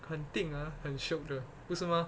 肯定啊很 shiok 的不是吗